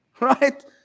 right